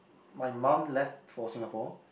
my mum left for Singapore